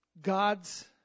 God's